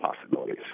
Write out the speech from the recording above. possibilities